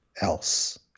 else